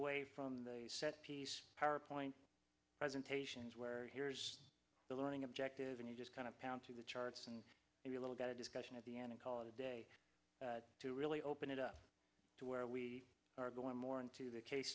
away from the set piece power point presentations where here's the learning objective and you just kind of counting the charts and maybe a little get a discussion at the end and call it a day to really open it up to where we are going more into the case